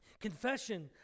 Confession